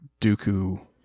Dooku